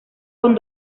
con